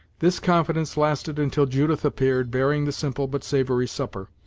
this confidence lasted until judith appeared, bearing the simple but savory supper.